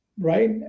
right